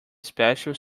special